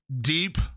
deep